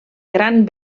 gran